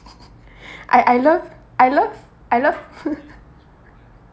I I love I love I love